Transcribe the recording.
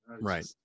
Right